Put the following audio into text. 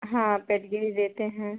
हाँ पेडगिरी देते हैं